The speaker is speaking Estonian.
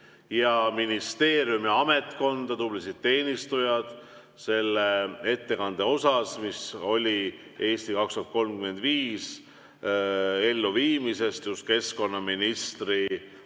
ja ministeeriumi ametkonda, tublisid teenistujaid selle ettekande eest, mis oli "Eesti 2035" elluviimisest just keskkonnaministri